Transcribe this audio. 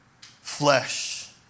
flesh